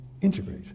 integrate